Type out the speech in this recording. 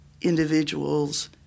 individuals